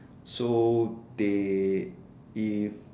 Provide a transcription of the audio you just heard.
so they if